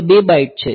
તે 2 બાઇટ છે